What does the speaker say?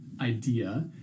idea